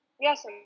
Yes